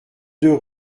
deux